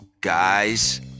guys